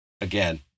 Again